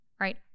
right